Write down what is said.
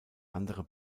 andere